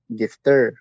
gifter